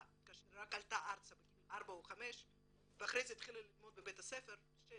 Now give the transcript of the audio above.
ורק עלתה ארצה בגיל 4 או 5 ואחרי זה התחילה ללמוד בבית הספר בגיל 6,